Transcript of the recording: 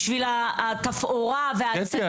בשביל התפאורה ו- -- קטי,